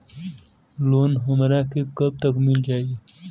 Loan हमरा के कब तक मिल जाई?